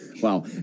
Wow